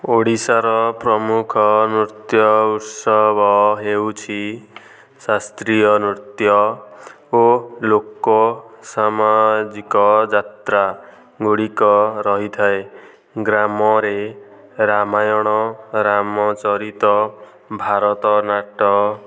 ଓଡ଼ିଶାର ପ୍ରମୁଖ ନୃତ୍ୟ ଉତ୍ସବ ହେଉଛି ଶାସ୍ତ୍ରୀୟ ନୃତ୍ୟ ଓ ଲୋକ ସାମାଜିକ ଯାତ୍ରା ଗୁଡ଼ିକ ରହିଥାଏ ଗ୍ରାମରେ ରାମାୟଣ ରାମ ଚରିତ ଭାରତ ନାଟ